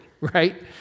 right